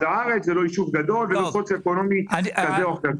הארץ ולא יישוב גדול ולא סוציו-אקונומי כזה או אחר.